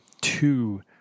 two